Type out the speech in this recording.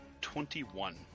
twenty-one